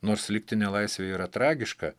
nors likti nelaisvėj yra tragiška